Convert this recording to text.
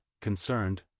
concerned